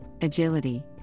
agility